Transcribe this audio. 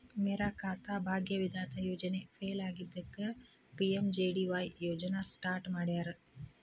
ಮೇರಾ ಖಾತಾ ಭಾಗ್ಯ ವಿಧಾತ ಯೋಜನೆ ಫೇಲ್ ಆಗಿದ್ದಕ್ಕ ಪಿ.ಎಂ.ಜೆ.ಡಿ.ವಾಯ್ ಯೋಜನಾ ಸ್ಟಾರ್ಟ್ ಮಾಡ್ಯಾರ